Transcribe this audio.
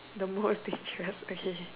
the most is jut a hint